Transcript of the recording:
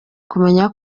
kumenya